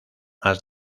más